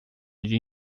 lhe